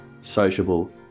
sociable